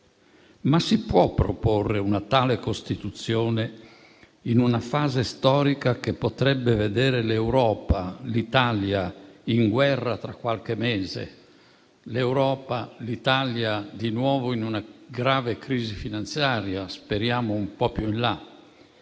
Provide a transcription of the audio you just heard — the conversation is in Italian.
Si può proporre una tale Costituzione in una fase storica che potrebbe vedere l'Europa e l'Italia in guerra tra qualche mese? L'Europa e l'Italia di nuovo in una grave crisi finanziaria, speriamo un po' più in là,